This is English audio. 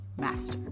master